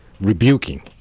rebuking